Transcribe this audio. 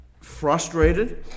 frustrated